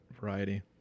variety